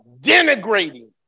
denigrating